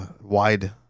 wide